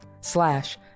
slash